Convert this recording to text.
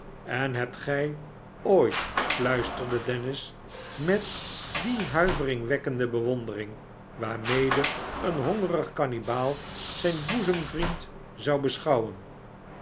sen hebt gij ooit fluisterde dennis met die huiveringwekkende bewondering waarmede een hongerig kannibaal zijn boezemvriend zou beschouwen